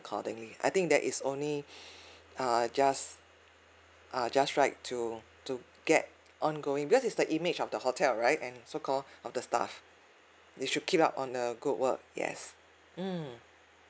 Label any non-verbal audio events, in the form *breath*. accordingly I think that is only *breath* err just uh just right to to get on going because is the image of the hotel right and so called of the staff they should keep up on the good work yes mm